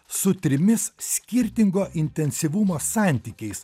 su trimis skirtingo intensyvumo santykiais